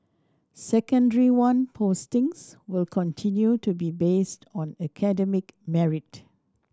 Secondary One postings will continue to be based on academic merit